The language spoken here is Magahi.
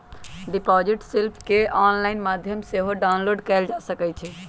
डिपॉजिट स्लिप केंऑनलाइन माध्यम से सेहो डाउनलोड कएल जा सकइ छइ